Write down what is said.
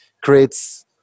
creates